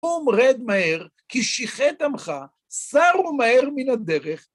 קום רד מהר כי שיחת עמך, סרו מהר מן הדרך.